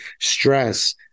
Stress